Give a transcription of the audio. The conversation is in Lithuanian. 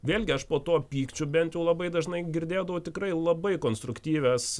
vėlgi aš po tuo pykčiu bent jau labai dažnai girdėdavau tikrai labai konstruktyvias